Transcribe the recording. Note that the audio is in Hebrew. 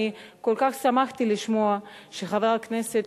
וכל כך שמחתי לשמוע שחבר הכנסת